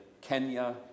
Kenya